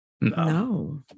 No